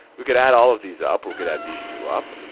we could add all of these up or we could add these two up.